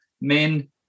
men